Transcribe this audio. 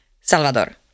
salvador